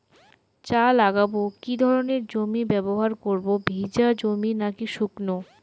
চা লাগাবো কি ধরনের জমি ব্যবহার করব ভিজে জমি নাকি শুকনো?